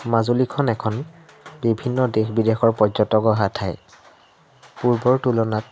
মাজুলীখন এখন বিভিন্ন দেশ বিদেশৰ পৰ্যটক অহা ঠাই পূৰ্বৰ তুলনাত